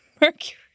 Mercury